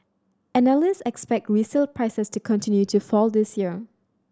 analyst expect resale prices to continue to fall this year